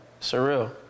surreal